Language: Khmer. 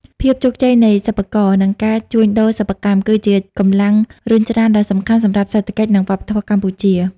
ភាពជោគជ័យនៃសិប្បករ និងការជួញដូរសិប្បកម្ម គឺជាកម្លាំងរុញច្រានដ៏សំខាន់សម្រាប់សេដ្ឋកិច្ច និងវប្បធម៌កម្ពុជា។